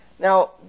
Now